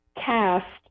cast